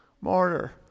martyr